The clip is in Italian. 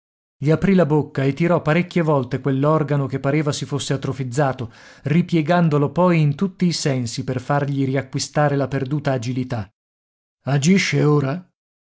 gli aprì la bocca e tirò parecchie volte quell'organo che pareva si fosse atrofizzato ripiegandolo poi in tutti i sensi per fargli riacquistare la perduta agilità agisce ora